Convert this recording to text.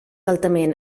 altament